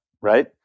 right